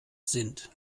sind